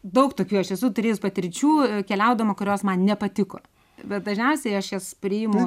daug tokių aš esu turėjus patirčių keliaudama kurios man nepatiko bet dažniausiai aš jas priimu